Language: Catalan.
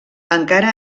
encara